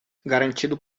garantido